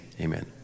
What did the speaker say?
Amen